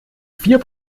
vier